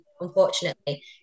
unfortunately